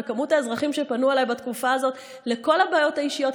מספר האזרחים שפנו אליי בתקופה הזאת בכל הבעיות האישיות,